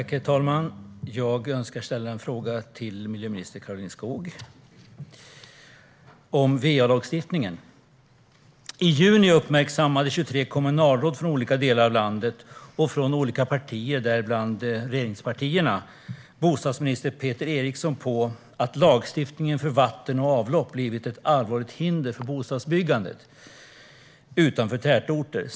Herr talman! Jag önskar ställa en fråga till miljöminister Karolina Skog om va-lagstiftningen. I juni uppmärksammade 23 kommunalråd i olika delar av landet och från olika partier, däribland regeringspartierna, bostadsminister Peter Eriksson på att lagstiftningen för vatten och avlopp blivit ett allvarligt hinder för bostadsbyggandet utanför tätorter.